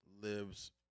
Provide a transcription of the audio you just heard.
lives